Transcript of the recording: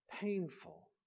painful